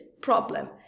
problem